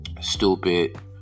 stupid